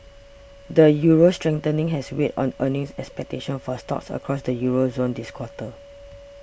the euro's strengthening has weighed on earnings expectations for stocks across the Euro zone this quarter